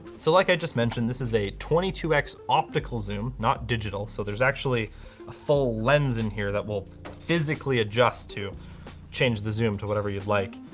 so like i just mentioned this is a twenty two x optical zoom, not digital. so there's actually a full lens in here that will physically adjust to change the zoom to whatever you'd like.